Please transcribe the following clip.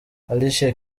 alicia